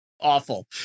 awful